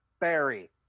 Barry